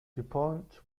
dupont